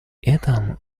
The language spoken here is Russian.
этом